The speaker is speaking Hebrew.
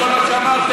עם כל מה שאמרתם,